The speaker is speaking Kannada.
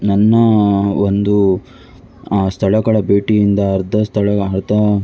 ನನ್ನ ಒಂದು ಸ್ಥಳಗಳ ಭೇಟಿಯಿಂದ ಅರ್ಧ ಸ್ಥಳ ಅರ್ದ